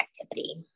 activity